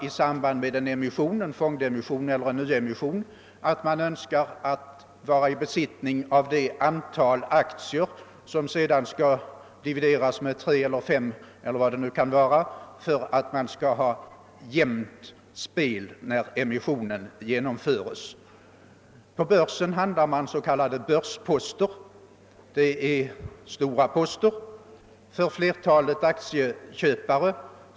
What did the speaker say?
I samband med en emission — fondeller nyemission — kan en person vilja vara i besittning av det antal aktier som sedan skall divideras med 3, 5 eller något annat tal för att det skall gå jämnt ut när emissionen genomföres. På börsen handlar man s.k. börsposter. Det är stora poster för flertalet aktieköpare.